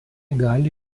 gali